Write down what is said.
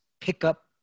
pickup